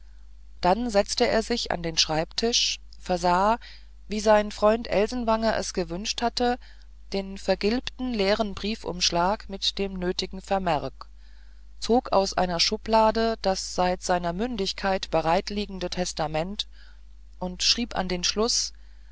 dann setzte er sich an den schreibtisch versah wie sein freund elsenwanger es gewünscht hatte den vergilbten leeren briefumschlag mit dem nötigen vermerk zog aus einer schublade das seit seiner mündigkeit bereitliegende testament und schrieb an den schluß